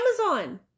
Amazon